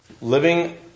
living